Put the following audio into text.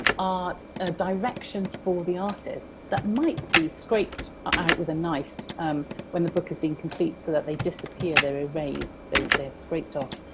are directions for the artists that might be scraped out with a knife when the book has been complete so that they disappear. they're erased, they're scraped off.